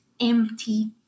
empty